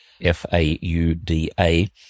F-A-U-D-A